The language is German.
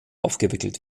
aufgewickelt